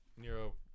nero